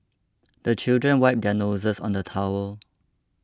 the children wipe their noses on the towel